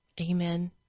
amen